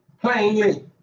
plainly